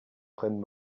prennent